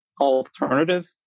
alternative